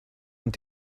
und